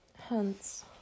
Hence